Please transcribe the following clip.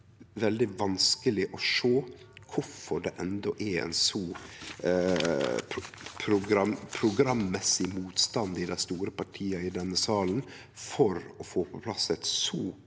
veldig vanskeleg å sjå kvifor det enno er ein så programmessig motstand i dei store partia i denne salen mot å få på plass eit så